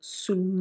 sul